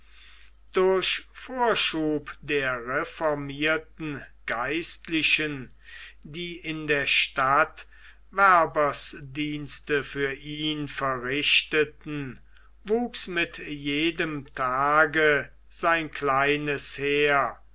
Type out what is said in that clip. durch vorschub der reformierten geistlichen die in der stadt werbersdienste für ihn verrichteten wuchs mit jedem tage sein kleines heer